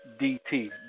DT